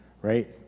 right